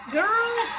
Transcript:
Girl